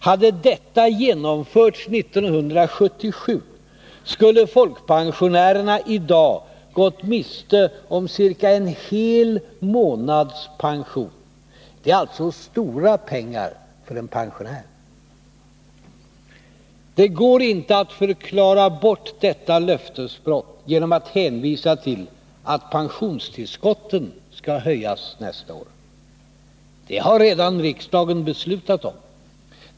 Hade detta genomförts 1977 skulle folkpensionärerna i dag gått miste om ca en hel månads pension. Det är stora pengar för en pensionär. Det går inte att förklara bort detta löftesbrott genom att hänvisa till att pensionstillskotten skall höjas nästa år. Det har redan riksdagen beslutat om.